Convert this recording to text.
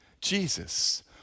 jesus